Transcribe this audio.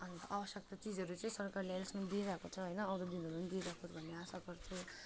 अन्त आवश्यकता चिजहरू चाहिँ सरकारले अहिलसम्म दिइरहेको छ होइन आउँदो दिनहरूमा पनि दिइराखोस् भन्ने आशा गर्छु